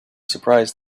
surprised